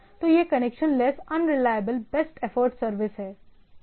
तो यह connectionless unreliable best effort service है राइट